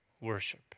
worship